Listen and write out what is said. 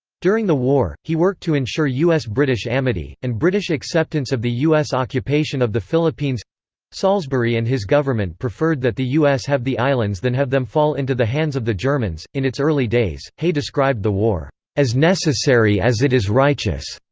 during the war, he worked to ensure u s british amity, and british acceptance of the u s. occupation of the philippines salisbury and his government preferred that the u s. have the islands than have them fall into the hands of the germans in its early days, hay described the war as necessary as it is righteous.